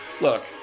look